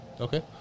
Okay